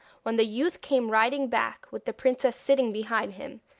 when the youth came riding back with the princess sitting behind him,